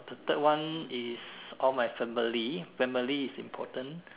the third one is all my family family is important